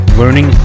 learning